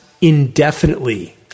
indefinitely